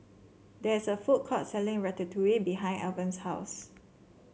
there is a food court selling Ratatouille behind Alvan's house